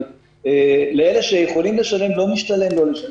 אבל לאלה שיכולים לשלם לא משתלם לא לשלם.